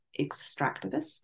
extractivist